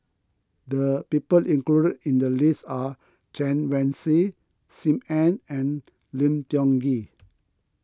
the people included in the list are Chen Wen Hsi Sim Ann and Lim Tiong Ghee